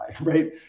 right